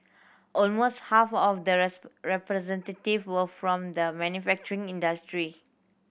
almost half of the representative were from the manufacturing industry